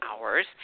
hours